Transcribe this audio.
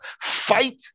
fight